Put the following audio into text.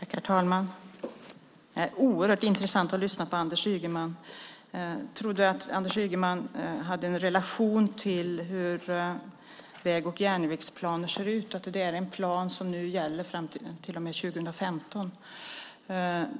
Herr talman! Det är oerhört intressant att lyssna på Anders Ygeman. Jag trodde att Anders Ygeman hade en relation till hur väg och järnvägsplaner ser ut och visste att det är en plan som nu gäller fram till 2015.